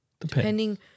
Depending